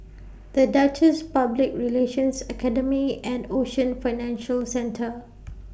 The Duchess Public Relations Academy and Ocean Financial Centre